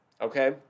okay